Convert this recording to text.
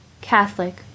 catholic